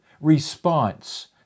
response